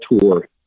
tour